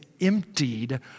emptied